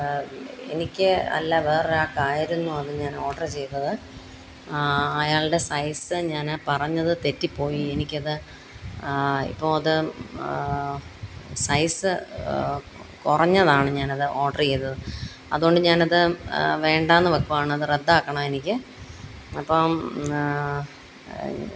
എനിക്ക് അല്ല വേറൊരാൾക്കായിരുന്നു അത് ഞാൻ ഓഡറ് ചെയ്തത് അയാളുടെ സൈസ് ഞാൻ പറഞ്ഞത് തെറ്റിപ്പോയി എനിക്കത് ഇപ്പോൾ അത് സൈസ്സ് കുറഞ്ഞതാണ് ഞാനത് ഓഡറ് ചെയ്തത് അതുകൊണ്ട് ഞാനത് വേണ്ടായെന്ന് വെക്കുകയാണ് അത് റദ്ദാക്കണമെനിക്ക് അപ്പം